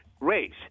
race